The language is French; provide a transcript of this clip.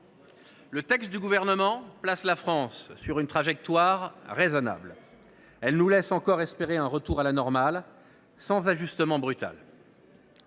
Le texte du Gouvernement place la France sur une trajectoire raisonnable, qui nous laisse encore espérer un retour à la normale sans ajustement brutal.